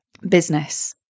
business